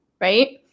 Right